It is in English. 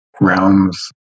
realms